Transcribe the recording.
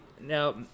Now